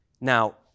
Now